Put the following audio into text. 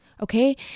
Okay